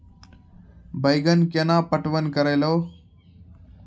बैंगन केना पटवन करऽ लो?